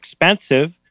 expensive